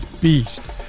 beast